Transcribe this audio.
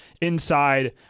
Inside